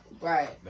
right